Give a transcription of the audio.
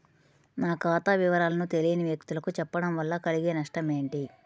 నా ఖాతా వివరాలను తెలియని వ్యక్తులకు చెప్పడం వల్ల కలిగే నష్టమేంటి?